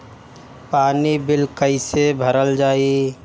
पानी बिल कइसे भरल जाई?